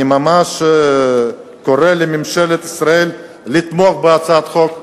אני ממש קורא לממשלת ישראל לתמוך בהצעת החוק.